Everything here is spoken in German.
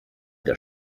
der